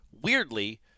weirdly